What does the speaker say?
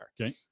Okay